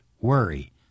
worry